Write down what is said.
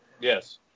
Yes